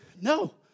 No